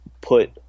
put